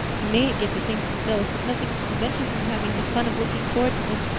you mayn't get the things themselves but nothing can prevent you from having the fun of looking forward to them.